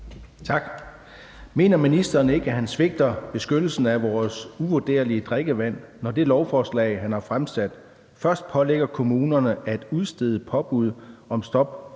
(EL): Mener ministeren ikke, at han svigter beskyttelsen af vores uvurderlige drikkevand, når det lovforslag, han har fremsat, først pålægger kommunerne at udstede påbud om stop for